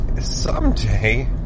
someday